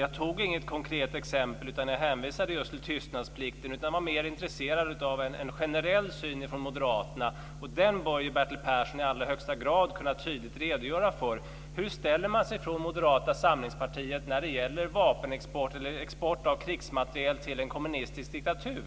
Jag tog inget konkret exempel utan hänvisade just till tystnadsplikten. Jag var mer intresserad av en generell syn från Moderaternas sida, och den bör ju Bertil Persson i allra högsta grad kunna tydligt redogöra för. Hur ställer sig Moderata samlingspartiet när det gäller export av krigsmateriel till en kommunistisk diktatur?